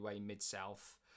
Mid-South